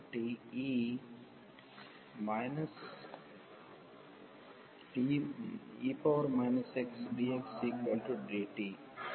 కాబట్టి ఈ e xdxdt